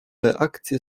reakcje